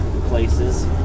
places